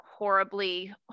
horribly